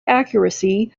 accuracy